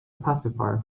pacifier